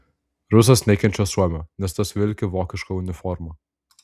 rusas nekenčia suomio nes tas vilki vokišką uniformą